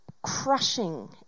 crushing